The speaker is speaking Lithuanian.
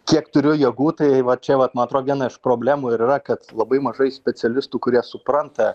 kiek turiu jėgų tai va čia vat man atrodo viena iš problemų ir yra kad labai mažai specialistų kurie supranta